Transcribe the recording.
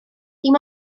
dim